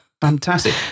Fantastic